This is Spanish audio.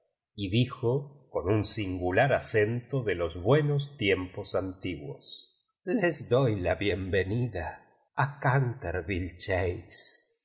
y dijo coa un singular acento de los buenos tiem pos antiguos les doy la bienvenida a cantervillcchase